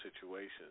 situations